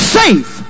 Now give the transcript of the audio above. safe